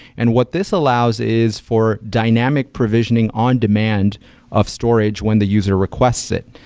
and what this allows is for dynamic provisioning on demand of storage when the user requests it.